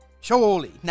Surely